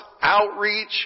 outreach